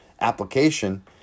application